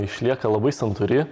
išlieka labai santūri